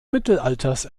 mittelalters